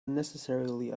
unnecessarily